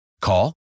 Call